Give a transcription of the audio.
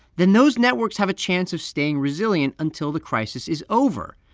then those networks have a chance of staying resilient until the crisis is over.